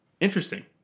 Interesting